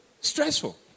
Stressful